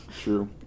True